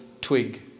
twig